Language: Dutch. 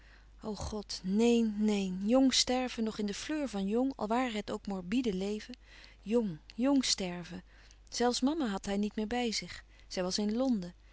god néen néen jong sterven nog in de fleur van jong al ware het ook morbide leven jong jong sterven zelfs mama had hij niet meer bij zich zij was in londen